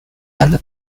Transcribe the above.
and